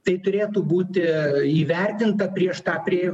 tai turėtų būti įvertinta prieš tą prie